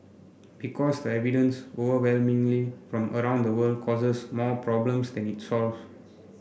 because the evidence overwhelmingly from around the world causes more problems than it solve